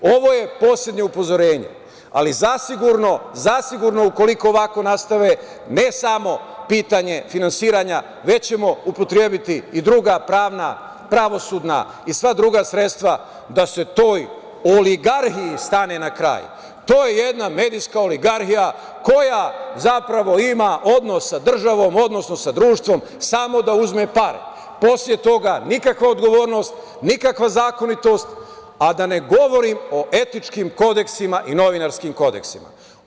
Ovo je poslednje upozorenje, ali zasigurno, ukoliko ovako nastave, ne samo pitanje finansiranja, mi ćemo upotrebiti i druga pravna, pravosudna sredstva da se toj oligarhiji stane na kraj, jer to je jedna medijska oligarhija, koja zapravo ima odnos sa državom, odnosno sa društvom, samo da uzme pare, a posle toga nikakva odgovornost, nikakva zakonitost, a da ne govorim o etičkim kodeksima i novinarskim kodeksima.